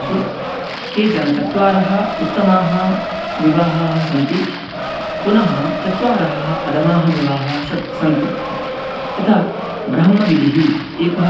यः कोऽपि व्यापारः भवतु महान् वा व्यापारः लघीयान् वा व्यापारः सर्वत्रव्यापारेषु तन्त्रज्ञानस्य महती आवश्यकता अस्ति यतोहि इदानीं